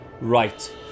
Right